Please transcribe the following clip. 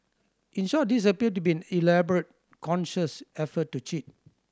in short this appeared to be an elaborate conscious effort to cheat